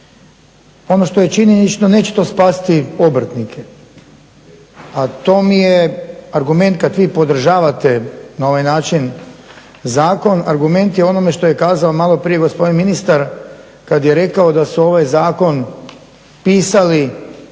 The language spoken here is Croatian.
Ono što je činjenično neće to spasiti obrtnike, a to mi je argument kada vi podržavate na ovaj način zakon, argument je onome što je kazao malo prije gospodin ministar kada je rekao da su ovaj zakon pisali